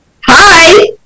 Hi